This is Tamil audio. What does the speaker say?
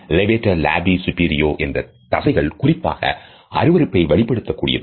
levator labii superior என்ற தசைகள் குறிப்பாக அருவருப்பை வெளிப்படுத்தக் கூடியது